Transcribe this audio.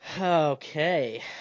Okay